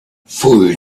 full